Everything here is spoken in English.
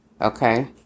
Okay